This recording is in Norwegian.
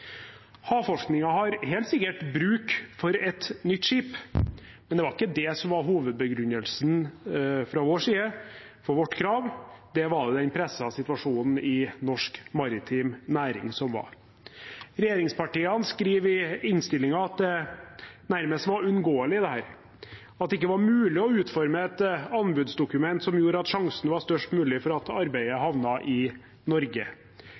har helt sikkert bruk for et nytt skip, men det var ikke det som var hovedbegrunnelsen fra vår side, for vårt krav var den pressede situasjonen som var i norsk maritim næring. Regjeringspartiene skriver i innstillingen at dette nærmest var uunngåelig – at det ikke var mulig å utforme et anbudsdokument som gjorde at sjansen var størst mulig for at arbeidet havnet i Norge.